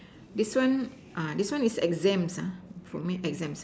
this one ah this one is exams ah for me exams